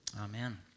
Amen